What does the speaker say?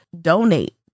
donate